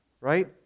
right